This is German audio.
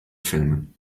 filmen